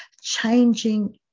changing